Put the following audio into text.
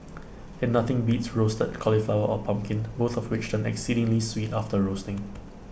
and nothing beats roasted cauliflower or pumpkin both of which turn exceedingly sweet after roasting